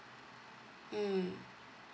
mm